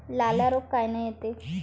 लाल्या रोग कायनं येते?